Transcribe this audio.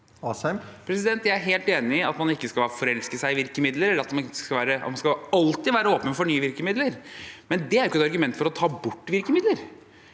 Jeg er helt enig i at man ikke skal forelske seg i virkemidler, og at man alltid skal være åpen for nye virkemidler, men det er jo ikke et argument for å ta bort virkemidler,